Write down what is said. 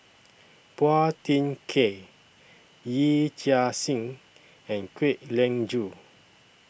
Phua Thin Kiay Yee Chia Hsing and Kwek Leng Joo